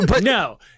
no